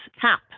cap